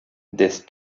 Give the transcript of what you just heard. this